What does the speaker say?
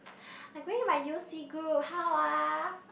I'm going with my U_O_C group how ah